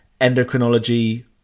endocrinology